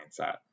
mindset